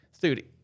dude